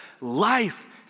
life